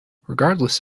regardless